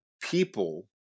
people